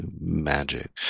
magic